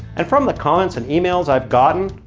and from the comments and emails i've gotten,